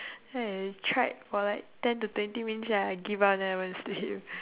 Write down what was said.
then I tried for like ten to twenty minutes then I give up then I went to sleep